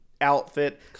outfit